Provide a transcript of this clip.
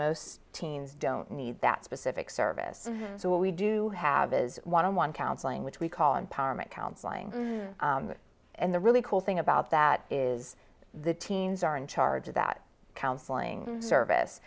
most teens don't need that specific service so what we do have is one on one counseling which we call empowerment counseling and the really cool thing about that is the teens are in charge of that counseling service